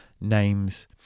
names